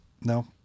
No